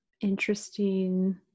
interesting